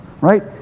right